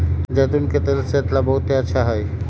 जैतून के तेल सेहत ला बहुत अच्छा हई